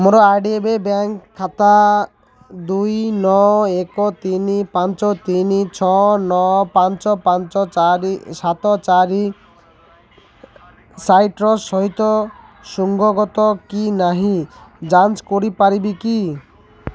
ମୋର I D B I bank ଖାତା ଦୁଇ ନଅ ଏକ ତିନି ପାଞ୍ଚ ତିନି ଛଅ ନଅ ପାଞ୍ଚ ପାଞ୍ଚ ଚାରି ସାତ ଚାରି ସାଇଟ୍ରଷ୍ଟ୍ ହିତ ସୁଙ୍ଗତ କି ନାହିଁ ଯାଞ୍ଚ କରିପାରିବ କି